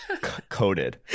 coated